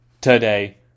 today